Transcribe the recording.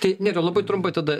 tai nėra labai trumpai tada